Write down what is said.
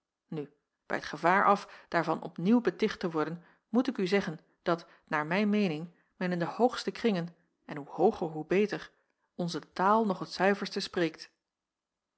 nu bij t gevaar af daarvan opnieuw beticht te worden moet ik u zeggen dat naar mijn ervaring men in de hoogste kringen en hoe hooger hoe beter onze taal nog het zuiverste spreekt